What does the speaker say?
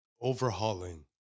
overhauling